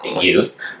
use